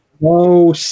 no